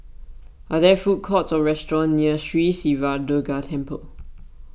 are there food courts or restaurants near Sri Siva Durga Temple